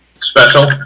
special